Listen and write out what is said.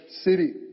city